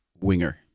winger